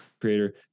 creator